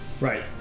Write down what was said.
Right